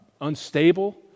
unstable